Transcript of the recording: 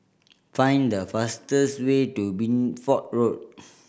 find the fastest way to Bideford Road